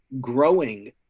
growing